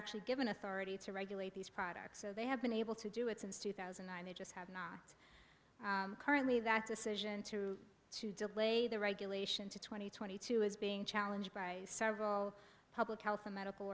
actually given authority to regulate these products so they have been able to do it since two thousand and nine they just have not currently that decision to to delay the regulation to two thousand and twenty two is being challenged by several public health and medical